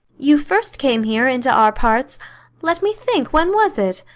you first came here, into our parts let me think when was it?